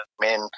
men